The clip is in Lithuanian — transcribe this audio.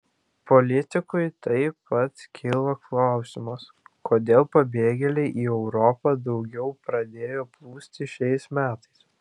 politikui taip pat kilo klausimas kodėl pabėgėliai į europą daugiau pradėjo plūsti šiais metais